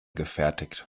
gefertigt